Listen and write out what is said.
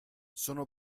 sono